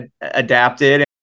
adapted